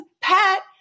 Pat